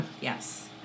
Yes